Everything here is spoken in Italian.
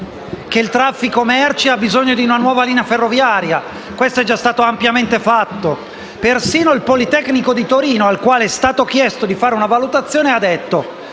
che il traffico merci ha bisogno di una nuova linea ferroviaria, e questo è stato già ampiamente dimostrato. Persino il Politecnico di Torino, a cui è stato chiesto di elaborare una valutazione, ha detto